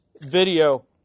video